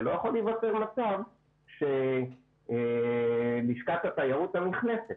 ולא יכול להיווצר מצב שלשכת התיירות הנכנסת,